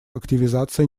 активизация